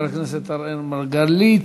חבר הכנסת אראל מרגלית.